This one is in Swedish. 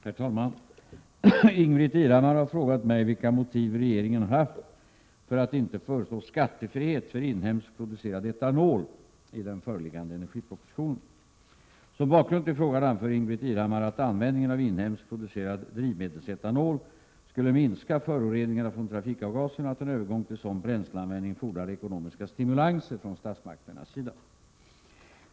Herr talman! Ingbritt Irhammar har frågat mig vilka motiv regeringen har haft för att inte föreslå skattefrihet för inhemskt producerad etanol i den föreliggande energipropositionen. Som bakgrund till frågan anför Ingbritt Irhammar att användning av inhemskt producerad drivmedelsetanol skulle minska föroreningarna från trafikavgaserna och att en övergång till sådan bränsleanvändning fordrar ekonomiska stimulanser från statsmakternas sida.